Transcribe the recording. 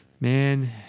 man